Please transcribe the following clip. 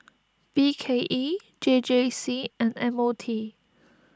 B K E J J C and M O T